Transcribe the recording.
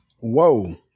Whoa